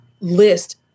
list